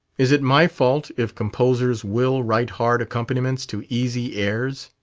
is it my fault if composers will write hard accompaniments to easy airs?